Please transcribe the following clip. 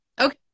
Okay